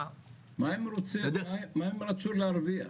מה הם רצו להרוויח?